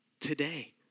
today